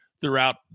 throughout